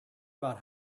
about